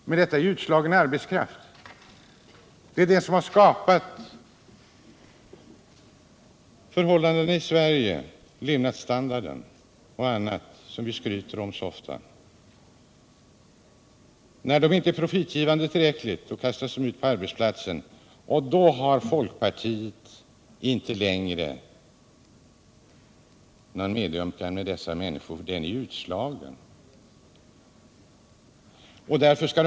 Här är det fråga om utslagen arbetskraft, människor som har bidragit till att skapa den levnadsstandard vi i dag har och annat som vi så ofta skryter om. När dessa människor inte längre kan bidra till profiten kastas de ut från arbetsplatserna. Inte heller folkpartiet har någon medömkan med dessa utslagna människor.